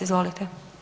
Izvolite.